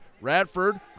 Radford